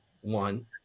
one